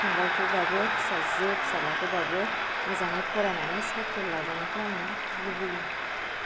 फंबायखौबाबो फिसाजो फिसालाखौबाबो मोजाङै फरायनानै साख्रि लाजानायखौ आङो लुबैयो